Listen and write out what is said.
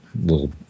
little